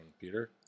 Peter